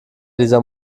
dieser